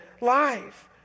life